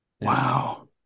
wow